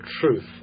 truth